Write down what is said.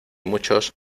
muchos